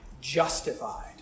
justified